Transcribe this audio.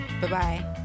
Bye-bye